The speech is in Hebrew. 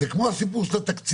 זה כמו הסיפור של התקציב,